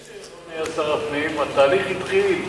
לפני שאולמרט היה שר הפנים התהליך התחיל.